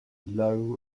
low